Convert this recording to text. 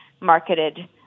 marketed